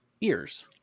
ears